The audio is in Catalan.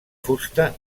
fusta